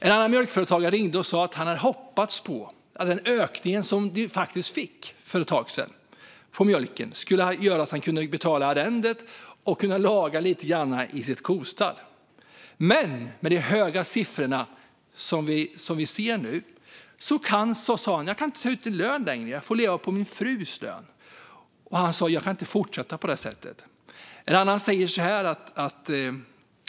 En annan mjölkföretagare ringde och sa att han hade hoppats att den ökning av mjölkpriset som de faktiskt fick för ett tag sedan skulle göra att han skulle kunna betala arrendet och kunna laga lite grann i sitt kostall. Men han sa att med de höga kostnader som vi nu ser kan han inte ta ut någon lön längre utan får leva på sin frus lön och att han inte kan fortsätta på detta sätt.